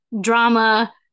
drama